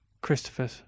Christopher